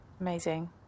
amazing